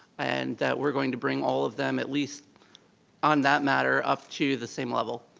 and that we're going to bring all of them, at least on that matter, up to the same level.